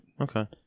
Okay